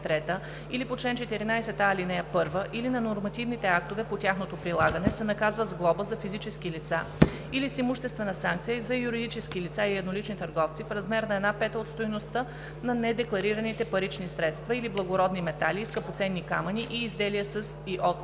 или по чл. 14а, ал. 1 или на нормативните актове по тяхното прилагане, се наказва с глоба за физически лица или с имуществена санкция за юридически лица и еднолични търговци в размер една пета от стойността на недекларираните парични средства или благородни метали и скъпоценни камъни и изделия със и от